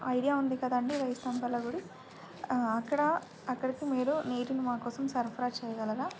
idea ఉంది కదండీ వేయి స్తంభాల గుడి అక్కడ అక్కడికి మీరు నీటిని మా కోసం సరఫరా చేయగలగా